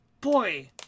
boy